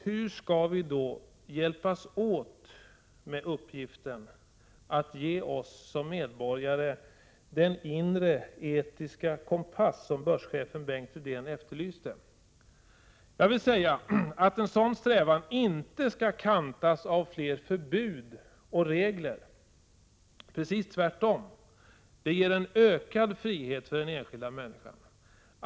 Hur skall vi då hjälpas åt med uppgiften att ge oss som medborgare den inre etiska kompass som börschefen Bengt Rydén efterlyste? Jag vill säga att en sådan strävan inte skall kantas av fler förbud och regler —- precis tvärtom. Den ger en ökad frihet för den enskilda människan.